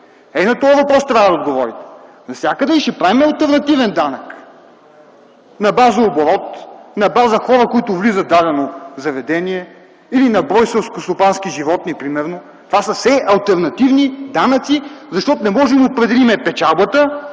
на този въпрос трябва да отговорим: навсякъде ли ще правим алтернативен данък на база оборот, на база хора, които влизат в дадено заведение или на брой селскостопански животни, примерно? Това са все алтернативни данъци, защото не можем да определим печалбата